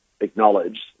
acknowledge